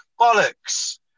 Bollocks